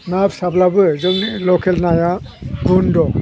ना फिसाब्लाबो जोंनि लकेल नाया गुन दं